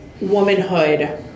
womanhood